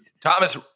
Thomas